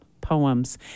poems